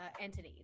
entities